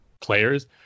players